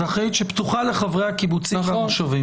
קבורה אזרחית שפתוחה לחברי הקיבוצים והמושבים.